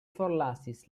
forlasis